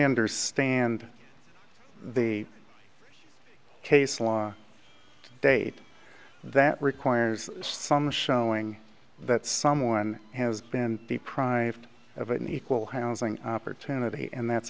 understand the case law to date that requires some showing that someone has been deprived of an equal housing opportunities and that's